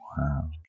Wow